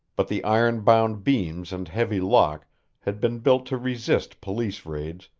but the iron-bound beams and heavy lock had been built to resist police raids,